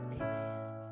Amen